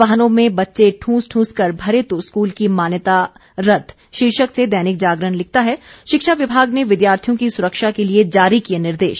वाहनों में बच्चे ठूंस ठूंस कर भरे तो स्कूल की मान्यता रद्द शीर्षक से दैनिक जागरण लिखता है शिक्षा विमाग ने विद्यार्थियों की सुरक्षा के लिए जारी किए निर्देश